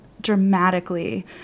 dramatically